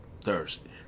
Thursday